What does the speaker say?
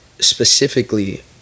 specifically